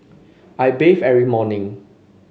I bathe every morning